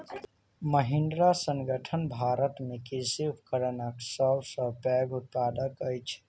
महिंद्रा संगठन भारत में कृषि उपकरणक सब सॅ पैघ उत्पादक अछि